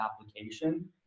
application